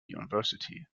university